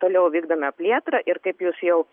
toliau vykdome plėtrą ir kaip jūs jau